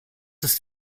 ist